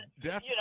death